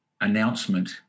announcement